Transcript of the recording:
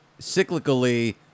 cyclically